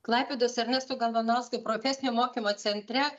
klaipėdos ernesto galvanausko profesinio mokymo centre